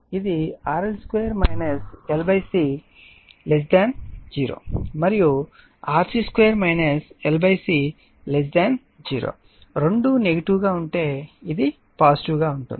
ఇది RL 2 L C 0 మరియు RC2 LC 0 రెండూ నెగిటివ్ గా ఉంటే అది పాజిటివ్ గా ఉంటుంది